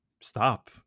stop